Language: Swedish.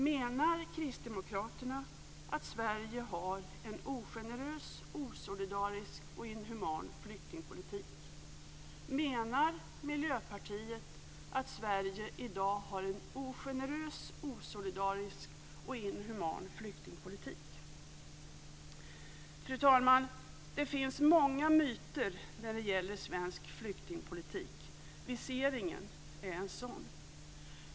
Menar Kristdemokraterna att Sverige har en ogenerös, osolidarisk och inhuman flyktingpolitik? Menar Miljöpartiet att Sverige i dag har en ogenerös, osolidarisk och inhuman flyktingpolitik? Fru talman! Det finns många myter om svensk flyktingpolitik. En sådan gäller viseringen.